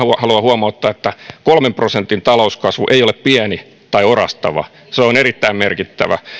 haluan huomauttaa että kolmen prosentin talouskasvu ei ole pieni tai orastava se on erittäin merkittävä